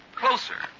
closer